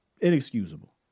inexcusable